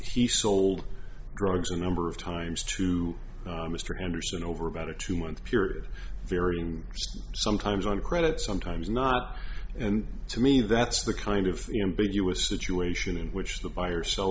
he sold drugs a number of times to mr anderson over about a two month period varying sometimes on credit sometimes not and to me that's the kind of big you a situation in which the buyer sell